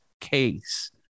case